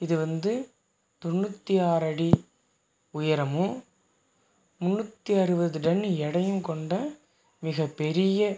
இது வந்து தொண்ணூற்றி ஆறடி உயரமும் முன்னூற்றி அறுபது டன் எடையும் கொண்ட மிக பெரிய